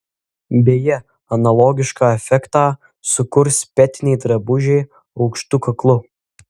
beje analogišką efektą sukurs petiniai drabužiai aukštu kaklu